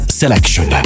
selection